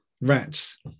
rats